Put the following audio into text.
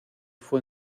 fue